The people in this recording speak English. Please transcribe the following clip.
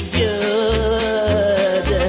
good